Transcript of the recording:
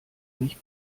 mich